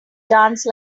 dance